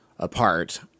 apart